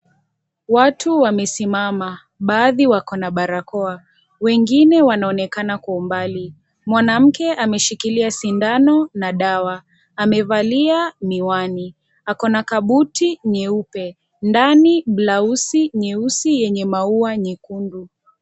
Watu wamesimama baadhi wako na barakoa, wengine wanaonekana kwa umbali, mwanamke ameshikilia sindano na dawa amevalia miwani, ako na kabuti nyeupe ndani blausi yenye maua nyeusi.